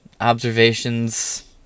observations